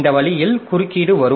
இந்த வழியில் குறுக்கீடு வரும்